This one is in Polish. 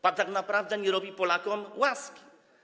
Pan tak naprawdę nie robi Polakom łaski.